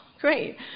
great